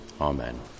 Amen